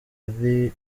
ari